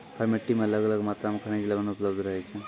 हर मिट्टी मॅ अलग अलग मात्रा मॅ खनिज लवण उपलब्ध रहै छै